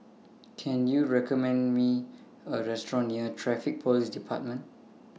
Can YOU recommend Me A Restaurant near Traffic Police department